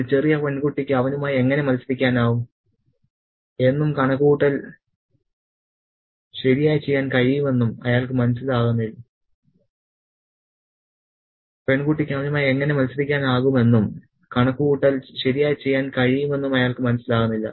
ഒരു ചെറിയ പെൺകുട്ടിക്ക് അവനുമായി എങ്ങനെ മത്സരിക്കാനാകും എന്നും കണക്കുകൂട്ടൽ ശരിയായി ചെയ്യാൻ കഴിയുമെന്നും അയാൾക്ക് മനസ്സിലാകുന്നില്ല